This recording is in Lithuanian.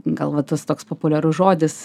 gal va tas toks populiarus žodis